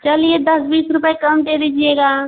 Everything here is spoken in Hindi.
चलिए दस बीस रुपये कम दे दीजिएगा